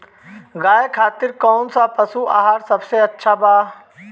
गाय खातिर कउन सा पशु आहार सबसे अच्छा बा?